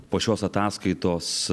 po šios ataskaitos